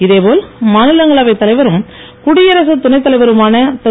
இதேப்போல் மாநிலங்களவை தலைவரும் குடியரசு துணை தலைவருமான திரு